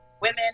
Women